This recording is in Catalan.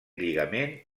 lligament